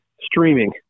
streaming